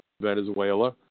Venezuela